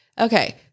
okay